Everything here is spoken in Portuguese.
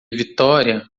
victoria